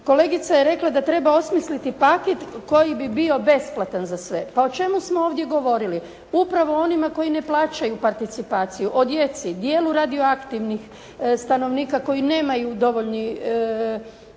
Kolegica je rekla da treba osmisliti paket koji bi bio besplatan za sve. Pa o čemu smo ovdje govorili. Upravo onima koji ne plaćaju participaciju, o djeci, dijelu radioaktivnih stanovnika koji nemaju dovoljnu